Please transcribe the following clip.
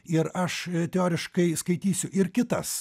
ir aš teoriškai skaitysiu ir kitas